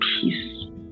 peace